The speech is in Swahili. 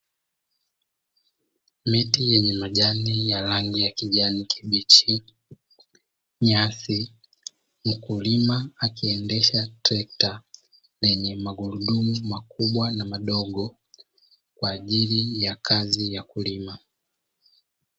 Miti yenye majani ya rangi ya kijani kibichi, nyasi. Mkulima akiendesha trekta lenye magurudumu makubwa na madogo kwa ajili ya kazi ya kulima.